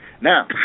now